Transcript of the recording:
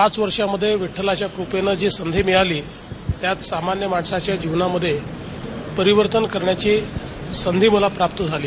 पाच वार्षामध्ये विठ्ठलाच्या कुपेनं जी संधी माळाली त्यात सामान्य मणसाच्या जिवनामध्ये परिवर्तन करण्याची संधी मला प्राप्त झाली